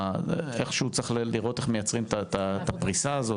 איכשהו צריך לראות איך מייצרים את הפריסה הזאת,